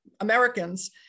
Americans